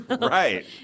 Right